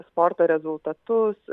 sporto rezultatus